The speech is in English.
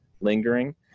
lingering